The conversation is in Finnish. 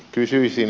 kysyisin